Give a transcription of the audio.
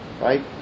Right